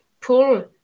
pull